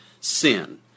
sin